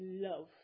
love